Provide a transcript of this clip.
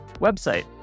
Website